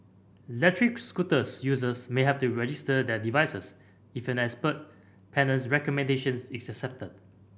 electric scooters users may have to register their devices if an expert panel's recommendations is accepted